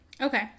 Okay